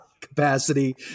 capacity